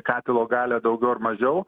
katilo galią daugiau ar mažiau